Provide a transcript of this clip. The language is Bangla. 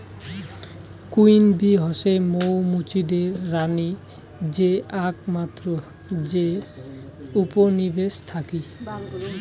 কুইন বী হসে মৌ মুচিদের রানী যে আকমাত্র যে উপনিবেশে থাকি